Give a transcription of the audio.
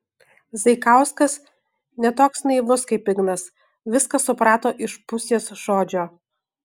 zaikauskas ne toks naivus kaip ignas viską suprato iš pusės žodžio